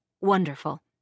wonderful